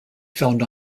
found